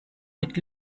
mit